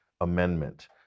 amendment